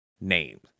name